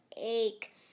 ache